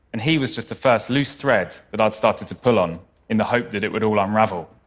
and he was just the first loose thread that i'd started to pull on in the hope that it would all unravel.